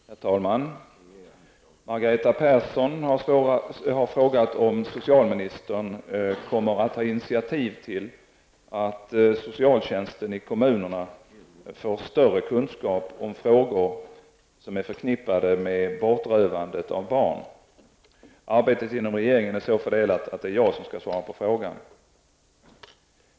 Herr talman! Margareta Persson har frågat om socialministern kommer att ta initiativ till att socialtjänsten i kommunerna får större kunskap om frågor som är förknippade med bortrövandet av barn. Arbetet inom regeringen är så fördelat att det är jag som skall svara på frågan.